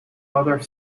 other